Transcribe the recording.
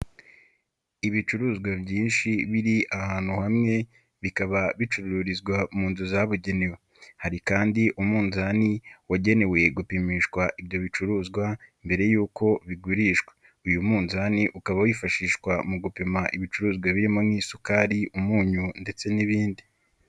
Ibicuruzwa byinshi biri ahantu hamwe bikaba bicururizwa mu nzu zabugenewe, hari kandi umunzani wagenewe gupimishwa ibyo bicuruzwa mbere yuko bigurishwa. Uyu munzani ukaba wifashishwa mu gupima ibicuruzwa birimo n'isukari, umunyu ndetse n'ibindi.